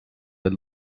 with